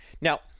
Now